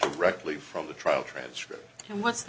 directly from the trial transcript and what's the